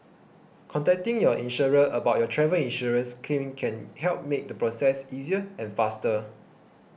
contacting your insurer about your travel insurance claim can help make the process easier and faster